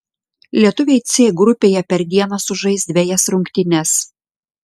lietuviai c grupėje per dieną sužais dvejas rungtynes